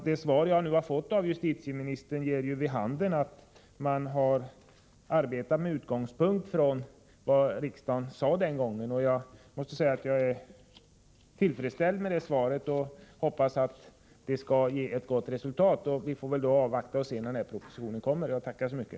Det svar jag nu fått av justitieministern ger ju vid handen att man arbetar med utgångspunkt i vad riksdagen sade den gången. Jag är tillfredsställd med svaret, och hoppas att arbetet skall ge gott resultat. Jag avvaktar därför propositionen. Jag tackar än en gång för svaret.